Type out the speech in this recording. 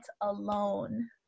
alone